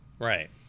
Right